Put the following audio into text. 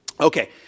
Okay